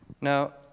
Now